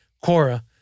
Cora